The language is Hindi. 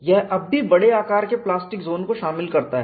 यह अब भी बड़े आकार के प्लास्टिक जोन को शामिल करता है